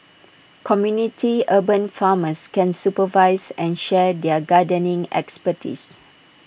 community urban farmers can supervise and share their gardening expertise